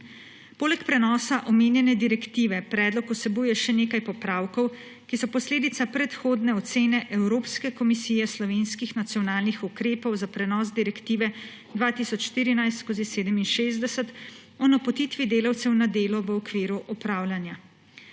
Poleg prenosa omenjene direktive predlog vsebuje še nekaj popravkov, ki so posledica predhodne ocene Evropske komisije slovenskih nacionalnih ukrepov za prenos Direktive 2014/67 o napotitvi delavcev na delo v okviru opravljanja.